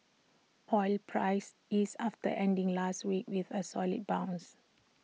oil prices eased after ending last week with A solid bounce